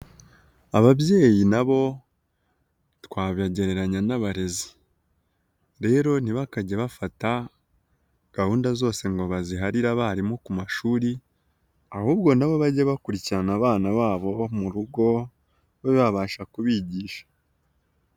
Ababyeyi nabo twabegereranya n'abarezi, rero ntibakajye bafata gahunda zose ngo baziharire abarimu ku mashuri, ahubwo nabo bajye bakurikirana abana babo bo mu rugo babe babasha kubigisha.